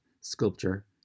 sculpture